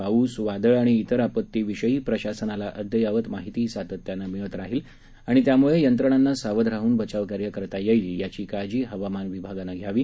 पाऊस वादळ आणि त्रेर आपत्तीविषयी प्रशासनाला अद्ययावत माहिती सातत्यानं मिळत राहील आणि त्यामुळे यंत्रणांना सावध राहून बचाव कार्य करता येईल याची काळजी हवामान विभागानं घ्यावी